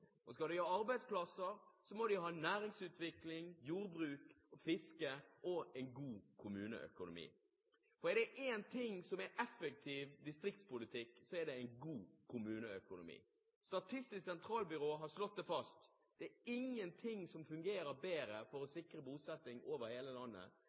Og skal de ha arbeidsplasser, må de ha næringsutvikling, jordbruk, fiske og en god kommuneøkonomi. Er det én ting som er effektiv distriktspolitikk, så er det en god kommuneøkonomi. Statistisk sentralbyrå har slått det fast: Det er ingenting som fungerer bedre for å sikre bosetting over hele landet